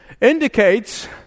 indicates